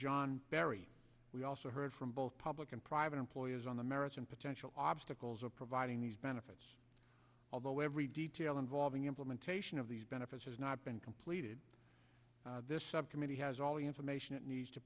john berry we also heard from both public and private employers on the merits and potential obstacles of providing these benefits although every detail involving implementation of these benefits has not been completed this subcommittee has all the information it needs to